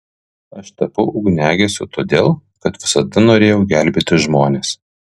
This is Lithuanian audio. aš tapau ugniagesiu todėl kad visada norėjau gelbėti žmones